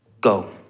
go